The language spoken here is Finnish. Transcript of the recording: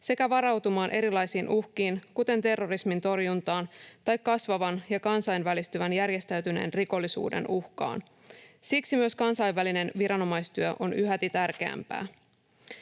sekä varautumaan erilaisiin uhkiin, kuten terrorismin tai kasvavan ja kansainvälistyvän järjestäytyneen rikollisuuden uhkaan. Siksi myös kansainvälinen viranomaistyö on yhäti tärkeämpää.